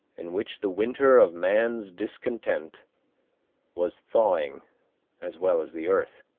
in which the winter of man's discontent was thawing as well as the earth,